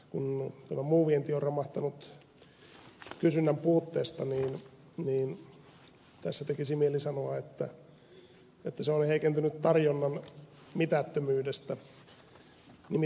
kun tämä muu vienti on romahtanut kysynnän puutteesta niin tässä tekisi mieli sanoa että se on heikentynyt tarjonnan mitättömyydestä